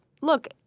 look